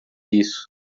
isso